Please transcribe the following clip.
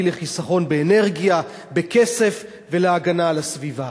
והביא לחיסכון באנרגיה ובכסף ולהגנה על הסביבה.